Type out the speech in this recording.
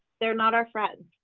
they're not our friends